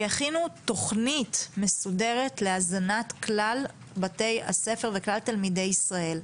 ויכינו תכנית מסודרת להזנת כלל בתי הספר וכלל תלמידי ישראל.